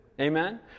Amen